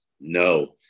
no